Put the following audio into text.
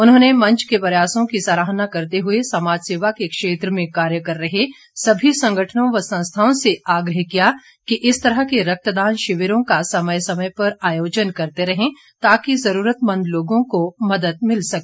उन्होंने मंच के प्रयासों की सराहना करते हुए समाजसेवा के क्षेत्र में कार्य कर रहे सभी संगठनों व संस्थाओं से आग्रह किया कि इस तरह के रक्तदान शिविरों का समय समय पर आयोजन करते रहें ताकि जरूरतमंद लोगों को मदद मिल सके